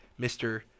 Mr